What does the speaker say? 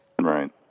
Right